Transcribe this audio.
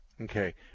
okay